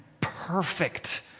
perfect